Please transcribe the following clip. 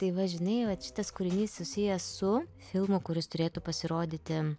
tai va žinai vat šitas kūrinys susijęs su filmu kuris turėtų pasirodyti